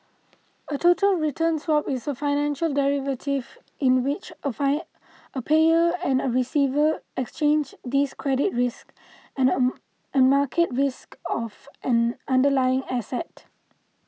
a total return swap is a financial derivative in which a a payer and a receiver exchange these credit risk and a a market risk of an underlying asset